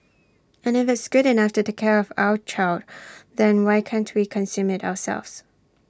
and if it's good enough to take care of our child then why can't we consume IT ourselves